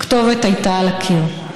הכתובת הייתה על הקיר.